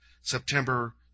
September